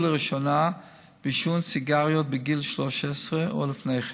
לראשונה בעישון סיגריות בגיל 13 או לפני כן,